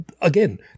Again